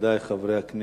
מכובדי חברי הכנסת,